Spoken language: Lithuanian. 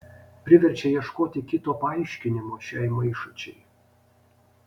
priverčia ieškoti kito paaiškinimo šiai maišačiai